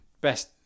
best